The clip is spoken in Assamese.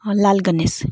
অঁ লাল গণেশ